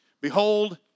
Behold